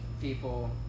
people